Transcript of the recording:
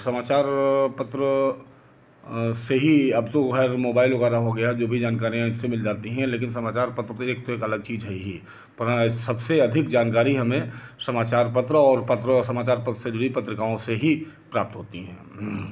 समाचार पत्र से ही अब तो हर मोबाईल वगैरह हो गया जो भी जानकारियाँ जैसे मिल जाती हैं लेकिन समाचार पत्र तो एक अलग चीज है ही पर सबसे अधिक जानकारी हमें समाचार पत्र और पत्र समाचार पत्र से ही पत्रिकाओं से ही प्राप्त होती हैं